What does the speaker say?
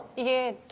you,